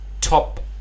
top